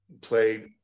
played